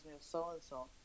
so-and-so